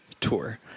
tour